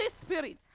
Spirit